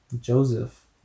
Joseph